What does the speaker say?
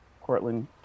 courtland